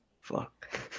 Fuck